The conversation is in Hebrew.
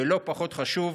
ולא פחות חשוב,